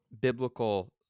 biblical